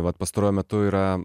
vat pastaruoju metu yra